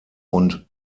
und